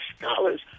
scholars